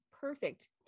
perfect